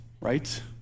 right